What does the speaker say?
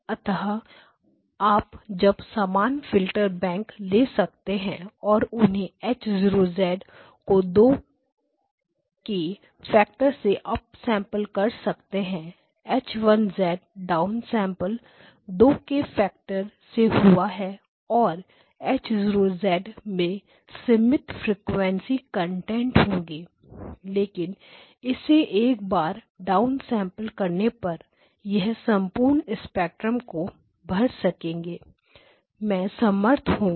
अतः आप अब समान फिल्टर बैंक ले सकते हैं और उन्हें H 0 को दो 2 कि फैक्टर से अप सैंपल कर सकते हैं H 1 डाउनसेंपल दो 2 के फैक्टर से हुआ है और अब H 0 में सीमित फ्रीक्वेंसी कंटेंट होंगे लेकिन इसे एक बार डाउनसेंपल करने पर यह संपूर्ण स्पेक्ट्रम को भर सकने में समर्थ होगा